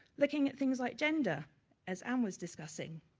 looking at things like gender as anne was discussing,